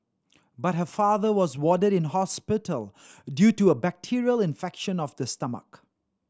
but her father was warded in hospital due to a bacterial infection of the stomach